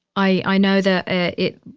i i know that it,